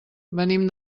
venim